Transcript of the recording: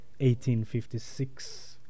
1856